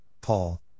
Paul